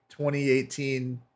2018